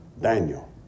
Daniel